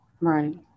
Right